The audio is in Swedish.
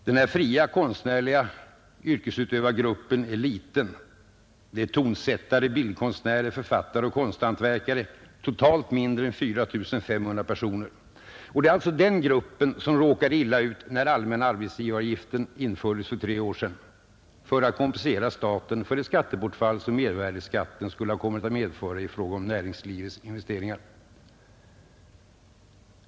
Den här gruppen av fria konstnärliga yrkesutövare är liten. Det är tonsättare, bildkonstnärer, författare och konsthantverkare — totalt mindre än 4 500 personer. Det är alltså den gruppen som råkade illa ut när allmänna arbetsgivaravgiften infördes för tre år sedan i syfte att kompensera staten för det skattebortfall som mervärdeskatten skulle ha kommit att medföra i fråga om näringslivets investeringar.